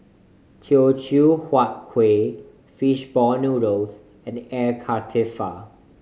Teochew Huat Kueh fishball noodles and Air Karthira